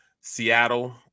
Seattle